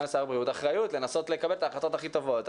לשר הבריאות אחריות לנסות לקבל את ההחלטות הכי טובות.